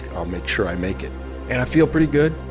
i'll makes sure i make it and i feel pretty good.